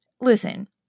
listen